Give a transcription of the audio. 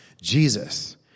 Jesus